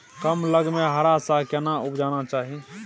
कम लग में हरा साग केना उपजाना चाही?